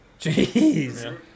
jeez